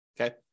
Okay